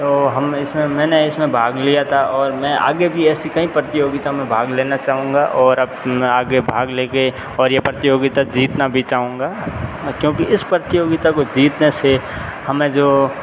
तो हम इस में मैंने इस में भाग लिया था और मैं आगे भी ऐसी कईं प्रतियोगिता में भाग लेना चाहूँगा और अपना आगे भाग ले के और ये प्रतियोगिता जीतना भी चाहूँगा क्योंकि इस प्रतियोगिता को जीतने से हमें जो